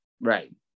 Right